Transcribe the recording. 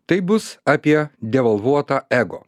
taip bus apie devalvuotą ego